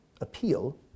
appeal